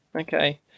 Okay